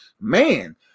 man